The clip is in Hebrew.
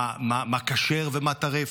מה כשר ומה טרף,